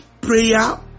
prayer